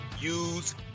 use